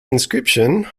inscription